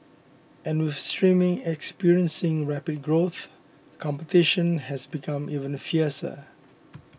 and with streaming experiencing rapid growth competition has become even fiercer